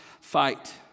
fight